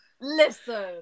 listen